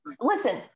listen